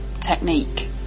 technique